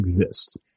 exist